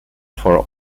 for